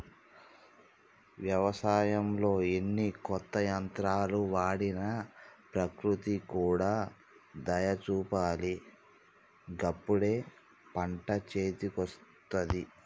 వ్యవసాయంలో ఎన్ని కొత్త యంత్రాలు వాడినా ప్రకృతి కూడా దయ చూపాలి గప్పుడే పంట చేతికొస్తది